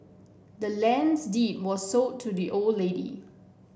the land's deed was sold to the old lady